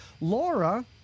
Laura